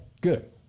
good